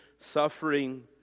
suffering